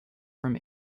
from